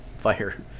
fire